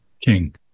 King